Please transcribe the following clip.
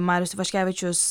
marius ivaškevičius